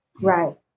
Right